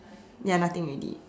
ya nothing already